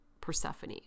Persephone